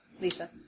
Lisa